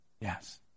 Yes